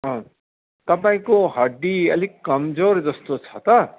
अँ तपाईँको हड्डी अलिक कमजोर जस्तो छ त